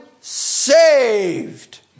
saved